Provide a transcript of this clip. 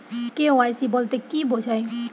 KYC বলতে কি বোঝায়?